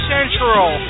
Central